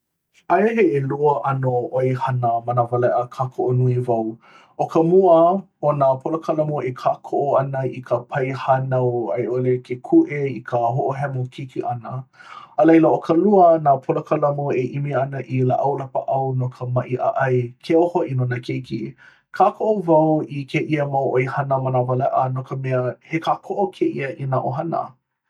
Aia he ʻelua ʻano ʻoihana manawaleʻa kākoʻo nui wau. ʻO ka mua ʻo nā polokalamu e kākoʻo ʻana i ka paihānau a i ʻole ke kūʻē i ka hoʻohemo keiki ʻana. A laila ʻo ka lua nā polokalamu e ʻimi ana i lapaʻau no ka maʻi ʻaʻai keu hoʻi no nā keiki. Kākoʻo wau i kēia mau ʻoihana manawaleʻa no ka mea he kākoʻo kēia i nā ʻohana.